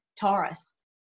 Taurus